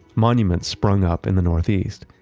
monuments sprung up in the northeast.